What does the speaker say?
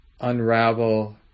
unravel